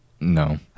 no